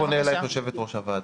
אני פונה אלייך, יושבת ראש הוועדה,